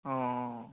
অঁ